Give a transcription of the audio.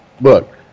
Look